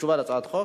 התשע"ב 2012,